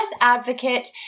advocate